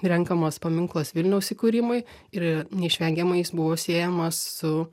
renkamas paminklas vilniaus įkūrimui ir neišvengiamai jis buvo siejamas su